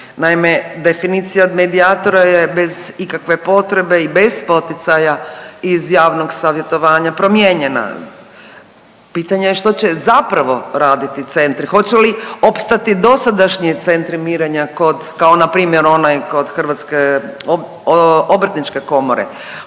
Naime, definicija od medijatora je bez ikakve potrebe i bez poticaja iz javnog savjetovanja promijenjena. Pitanje je što će zapravo raditi centri, hoće li opstati dosadašnji centri mirenja kod, kao npr. onaj kod Hrvatske obrtničke komore?